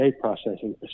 processing